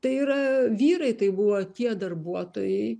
tai yra vyrai tai buvo tie darbuotojai